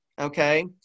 okay